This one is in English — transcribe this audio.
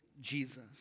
Jesus